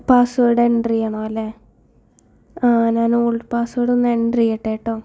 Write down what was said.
password enter ചെയ്യണം അല്ലേ ആഹ് ഞാൻ ഓൾഡ് പാസ്വേഡ് ഒന്ന് എൻ്റർ ചെയ്യട്ടെട്ടൊ